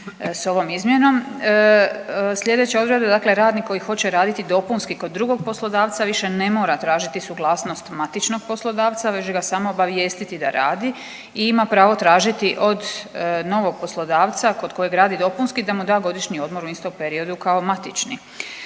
s ovom izmjenom. Slijedeća odredba dakle radnik koji hoće raditi dopunski kod drugog poslodavca više ne mora tražiti suglasnost matičnog poslodavca već ga samo obavijestiti da radi i ima pravo tražiti od novog poslodavca kod kojeg radi dopunski da mu da godišnji odmor u istom periodu kao matični.